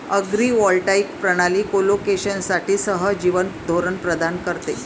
agrivoltaic प्रणाली कोलोकेशनसाठी सहजीवन धोरण प्रदान करते